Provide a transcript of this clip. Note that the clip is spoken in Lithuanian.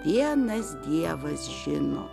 vienas dievas žino